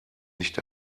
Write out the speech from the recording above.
nicht